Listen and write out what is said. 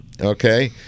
Okay